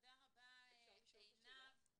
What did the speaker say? תודה רבה, עינב.